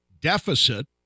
deficit